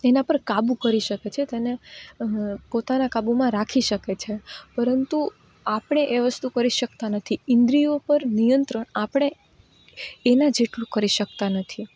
એના પર કાબૂ કરી શકે છે તેને પોતાના કાબુમાં રાખી શકે છે પરંતુ આપણે એ વસ્તુ કરી શકતા નથી ઇન્દ્રિયો પર નિયંત્રણ આપણે એના જેટલું કરી શકતા નથી